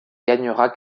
gagnera